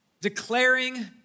declaring